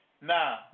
Now